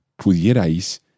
pudierais